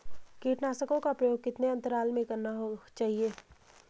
कीटनाशकों का प्रयोग कितने अंतराल में करना चाहिए?